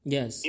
Yes